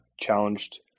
challenged